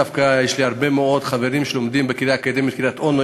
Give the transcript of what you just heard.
דווקא יש לי הרבה מאוד חברים שלומדים בקריה האקדמית קריית-אונו,